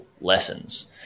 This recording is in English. lessons